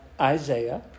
isaiah